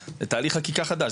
זה תהליך חקיקה חדש,